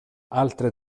altre